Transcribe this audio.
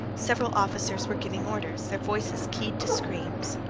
several officers were giving orders, their voices keyed to screams.